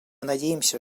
надеемся